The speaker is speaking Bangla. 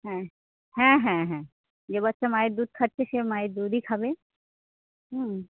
হ্যাঁ হ্যাঁ হ্যাঁ হ্যাঁ যে বাচ্চা মায়ের দুধ খাচ্ছে সে মায়ের দুধই খাবে হুম